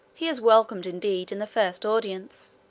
he is welcomed indeed in the first audience,